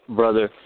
brother